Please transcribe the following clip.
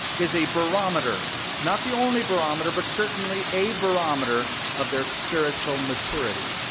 is a barometer, not the only barometer, but certainly a barometer of their spiritual maturity.